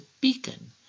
beacon